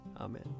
Amen